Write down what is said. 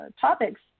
topics